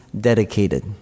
dedicated